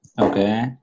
Okay